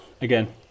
again